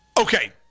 Okay